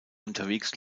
unterwegs